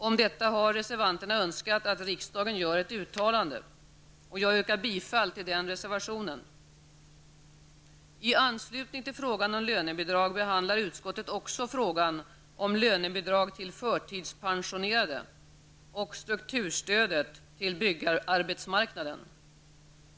Om detta har reservanterna önskat att riksdagen gör ett uttalande. Jag yrkar bifall till den reservationen. I anslutning till frågan om lönebidrag behandlar utskottet också frågan om lönebidrag till förtidspensionerade och strukturstödet till byggarbetsmarknaden.